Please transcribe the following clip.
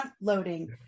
loading